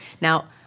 Now